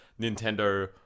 Nintendo